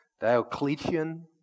Diocletian